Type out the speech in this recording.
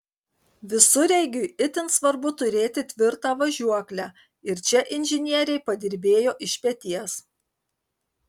visureigiui itin svarbu turėti tvirtą važiuoklę ir čia inžinieriai padirbėjo iš peties